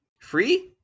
Free